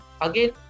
Again